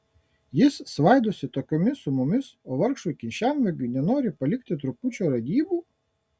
jis svaidosi tokiomis sumomis o vargšui kišenvagiui nenori palikti trupučio radybų